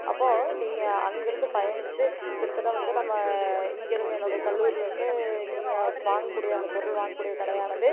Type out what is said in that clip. அப்போ நீங்கள் அங்கே இருந்து பயணிச்சு கிட்டத்தட்ட வந்து நம்ம இங்கே இருந்து என்னுடைய கல்லூரிலேந்து நீங்கள் வாங்கக்கூடிய அந்த பொருள் வாங்கக்கூடிய கடையானது